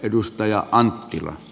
edustaja anttila